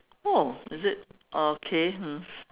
oh is it okay mm